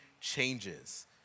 changes